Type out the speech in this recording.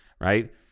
Right